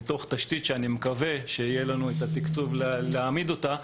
תוך תשתית שאני מקווה שיהיה לנו תקצוב להעמיד אותה.